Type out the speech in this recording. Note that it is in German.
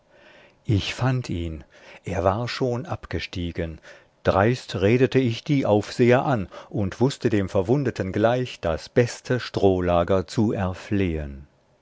ich fand ihn er war schon abgestiegen dreist redete ich die aufseher an und wußte dem verwundeten gleich das beste strohlager zu erflehen